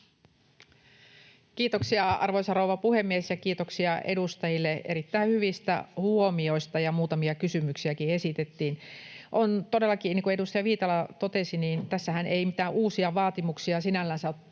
Kiitoksia, arvoisa rouva puhemies! Kiitoksia edustajille erittäin hyvistä huomioista, ja muutamia kysymyksiäkin esitettiin. On todellakin niin kuin edustaja Viitala totesi, että tässähän ei mitään uusia vaatimuksia sinällänsä tule